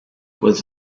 was